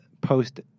post